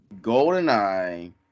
Goldeneye